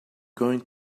going